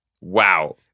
wow